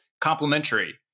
complementary